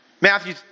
Matthew